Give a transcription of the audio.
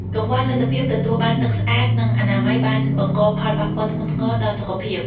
កង្វះលទ្ធភាពទទួលបានទឹកស្អាត និងអនាម័យបានបង្កផលប៉ះពាល់ធ្ងន់ធ្ងរដល់សុខភាព។